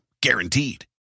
Guaranteed